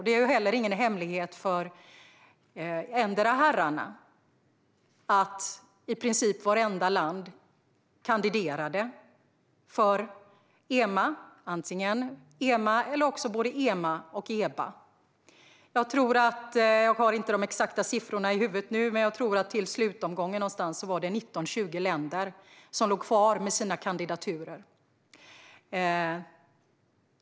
Det är heller ingen hemlighet för någon av herrarna att i princip vartenda land kandiderade för EMA eller för både EMA och EBA. Jag har inte de exakta siffrorna i huvudet, man jag tror att det till slutomgången var 19 eller 20 länder som låg kvar med sina kandidaturer.